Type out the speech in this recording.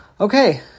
Okay